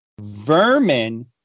Vermin